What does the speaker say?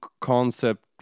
concept